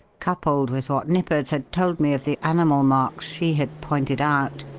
coupled with what nippers had told me of the animal marks she had pointed out,